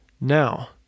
Now